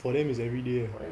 for them is everyday ah